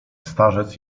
starzec